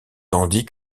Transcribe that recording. tandis